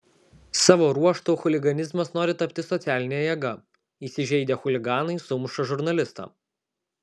savo ruožtu chuliganizmas nori tapti socialine jėga įsižeidę chuliganai sumuša žurnalistą